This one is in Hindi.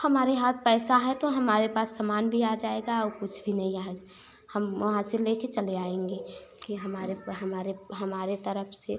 हमारे हाथ पैसा है तो हमारे पास समान भी आ जाएगा और कुछ भी नहीं हम वहाँ से ले कर चले आएंगे कि हमारे हमारे हमारे तरफ से